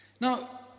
Now